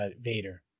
vader